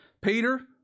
Peter